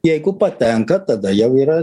jeigu patenka tada jau yra